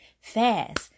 fast